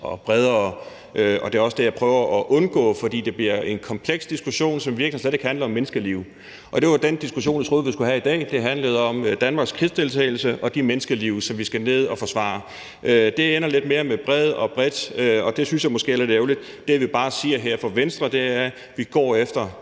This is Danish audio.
mellem »bredt« og »bredere«, og det er også det, jeg prøver at undgå, fordi det bliver en kompleks diskussion, som i virkeligheden slet ikke handler om menneskeliv. Jeg troede, at den diskussion, vi skulle have i dag, handlede om Danmarks krigsdeltagelse og de menneskeliv, som vi skal ned at forsvare. Det ender lidt mere med »bred« og »bredt«, og det synes jeg måske er lidt ærgerligt. Det, vi bare siger her fra Venstres side, er, at vi går efter